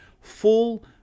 full